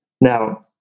Now